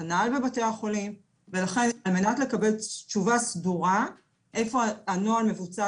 כנ"ל בבתי החולים ולכן על מנת לקבל תשובה סדורה של איפה הנוהל מבוצע